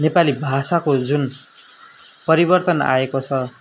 नेपाली भाषाको जुन परिवर्तन आएको छ